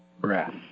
breath